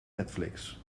netflix